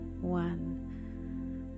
one